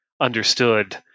understood